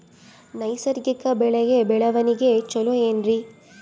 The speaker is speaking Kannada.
ನೈಸರ್ಗಿಕ ಬೆಳೆಯ ಬೆಳವಣಿಗೆ ಚೊಲೊ ಏನ್ರಿ?